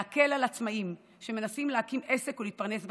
להקל על עצמאים שמנסים להקים עסק ולהתפרנס בכבוד.